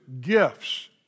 gifts